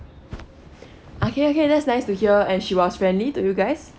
okay okay that's nice to hear and she was friendly to you guys